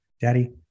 Daddy